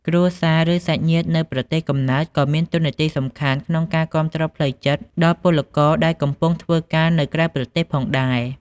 គ្រួសារ ឬសាច់ញាតិនៅប្រទេសកំណើតក៏មានតួនាទីសំខាន់ក្នុងការគាំទ្រផ្លូវចិត្តដល់ពលករដែលកំពុងធ្វើការនៅក្រៅប្រទេសផងដែរ។